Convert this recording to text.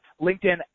LinkedIn